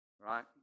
right